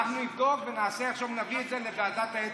אנחנו נבדוק ונביא את זה לוועדת האתיקה.